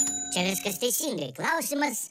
čia viskas teisingai klausimas